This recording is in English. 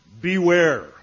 beware